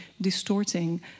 distorting